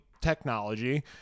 technology